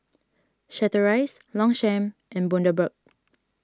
Chateraise Longchamp and Bundaberg